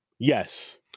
Yes